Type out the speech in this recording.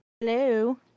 hello